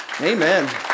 Amen